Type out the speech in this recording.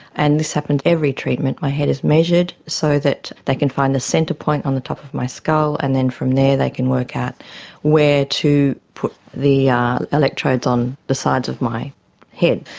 and this happened every treatment, my head is measured so that they can find the centre point on the top of my skull and then from there they can work out where to put the electrodes on the sides of my head.